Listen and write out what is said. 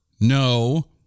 No